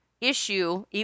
issue